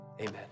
Amen